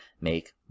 make